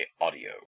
Audio